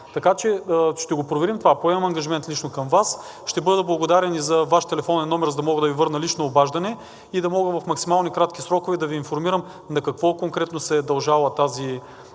Така че ще го проверим това. Поемам ангажимент лично към Вас. Ще бъда благодарен и за Ваш телефонен номер, за да мога да Ви върна лично обаждане и да мога в максимално кратки срокове да Ви информирам на какво конкретно се е дължала тази